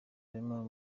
barimo